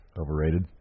overrated